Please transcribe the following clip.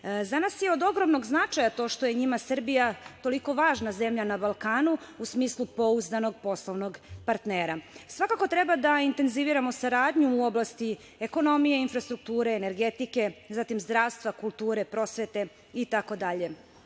Za nas je od ogromnog značaja to što je njima Srbija toliko važna zemlja na Balkanu u smislu pouzdanog poslovnog partnera. Svakako treba da intenziviramo saradnju u oblasti ekonomije, infrastrukture, energetike, zatim, zdravstva, kulture, prosvete itd.